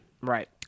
Right